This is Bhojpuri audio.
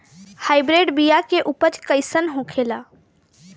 हाइब्रिड बीया के उपज कैसन होखे ला?